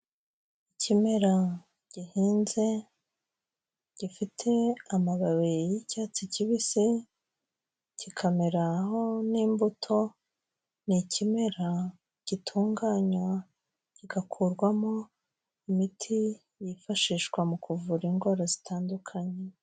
Ikimera gihinze gifite amababi y'icyatsi kibisi, kikameraho n'imbuto, ni ikimera gitunganywa kigakurwamo imiti yifashishwa mu kuvura indwara zitandukanye.